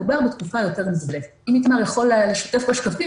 מדובר בתקופה יותר --- אם איתמר יכול היה לשתף בשקפים,